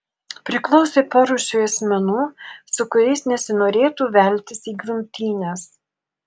priklausė porūšiui asmenų su kuriais nesinorėtų veltis į grumtynes